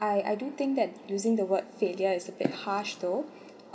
I I do think that using the word failure is a bit harsh though